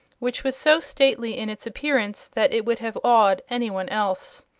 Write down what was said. which was so stately in its appearance that it would have awed anyone else.